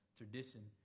tradition